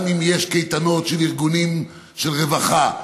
גם אם יש קייטנות של ארגונים של רווחה,